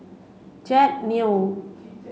Jack Neo